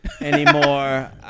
Anymore